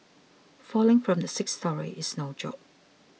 falling from the sixth storey is no joke